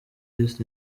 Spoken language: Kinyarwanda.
best